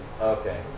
Okay